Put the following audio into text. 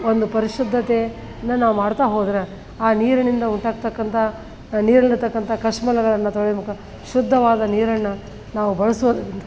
ಒಂದು ಪರಿಶುದ್ಧತೆಯಿಂದ ನಾವು ಮಾಡ್ತಾ ಹೋದ್ರೆ ಆ ನೀರಿನಿಂದ ಉಂಟಾಗತಕ್ಕಂಥ ನೀರಲ್ಲಿರತಕ್ಕಂಥ ಕಶ್ಮಲಗಳನ್ನು ತೊಳಿಬೇಕು ಶುದ್ಧವಾದ ನೀರನ್ನು ನಾವು ಬಳಸೋ